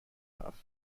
half